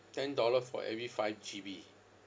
ten dollar for every five G_B